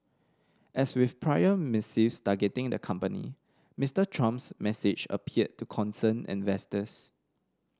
as with prior missives targeting the company Mister Trump's message appeared to concern investors